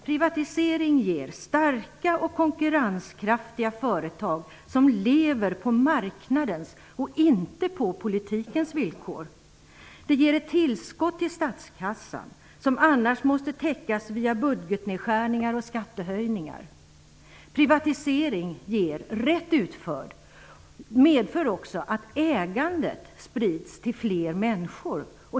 Privatisering ger starka och konkurrenskraftiga företag som lever på marknadens, inte politikens, villkor. Det ger ett tillskott till statskassan som annars måste täckas via budgetnedskärningar eller skattehöjningar. En rätt utförd privatisering medför även att ägandet sprids till fler människor.